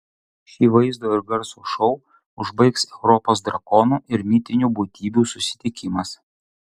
šį vaizdo ir garso šou užbaigs europos drakonų ir mitinių būtybių susitikimas